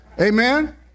Amen